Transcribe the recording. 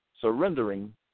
surrendering